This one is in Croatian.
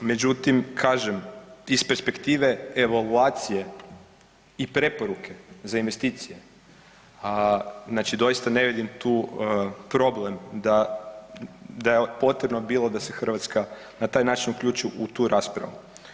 Međutim, kažem iz perspektive evaluacije i preporuke za investicije, znači doista ne vidim tu problem da, da je potrebno bilo da se Hrvatska na taj način uključi u tu raspravu.